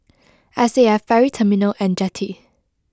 S A F Ferry Terminal and Jetty